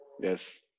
Yes